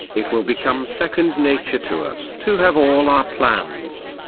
it will become second nature to us to have all our plans,